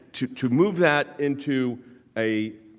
to to move that into a